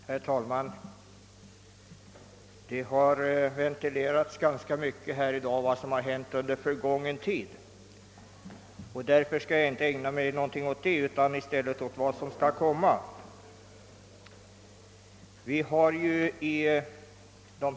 Herr talman! Vad som har hänt under en gången tid har ventilerats ganska mycket i dag, varför jag inte skall ägna mig åt detta utan i stället tala något om vad som skall komma.